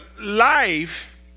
life